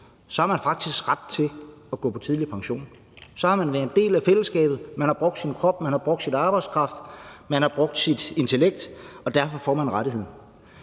så har man faktisk ret til at gå på tidlig pension; så har man været en del af fællesskabet. Man har brugt sin krop, man har brugt sin arbejdskraft, man har brugt sit intellekt, og derfor får man rettigheden.